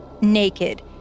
naked